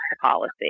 policy